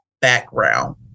background